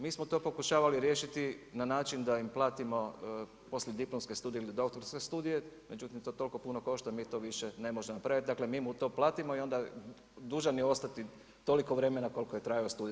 Mi smo to pokušavali riješiti na način da im platimo poslijediplomske studije ili doktorske studije, međutim to toliko puno košta, mi to više ne možemo napraviti, dakle mi mu to platimo i onda dužan je ostati toliko vremena koliko je trajao studij.